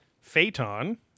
Phaeton